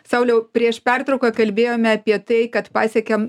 sauliau prieš pertrauką kalbėjome apie tai kad pasiekėm